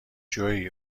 جویی